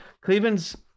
Cleveland's